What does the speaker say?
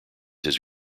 his